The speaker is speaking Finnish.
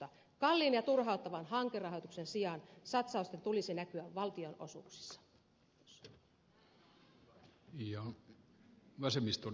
kalliin ja turhauttavan hankerahoituksen sijaan satsausten tulisi näkyä valtionosuuksissa